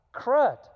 crud